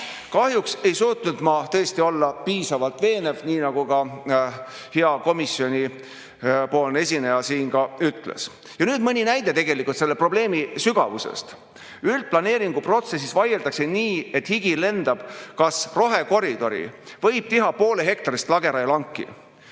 Kahjuks ei suutnud ma tõesti olla piisavalt veenev, nii nagu ka hea komisjoni esineja ütles. Mõni näide selle probleemi sügavusest. Üldplaneeringu protsessis vaieldakse nii, et higi lendab, kas rohekoridori võib teha poolehektarilist lageraielanki.